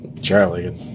Charlie